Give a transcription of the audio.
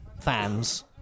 fans